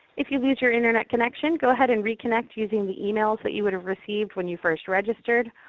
if you lose your internet connection go ahead and reconnect using the emails that you would have received when you first registered,